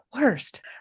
worst